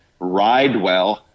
Ridewell